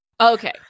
Okay